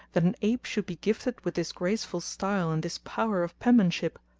that an ape should be gifted with this graceful style and this power of penmanship!